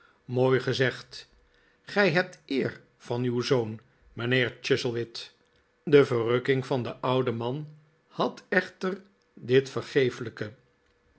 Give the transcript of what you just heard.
mooi gezegd gij hebt eer van uw zoon mijnheer chuzzlewit de verrukking van den ouden man had echter dit